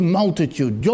multitude